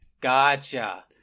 Gotcha